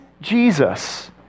Jesus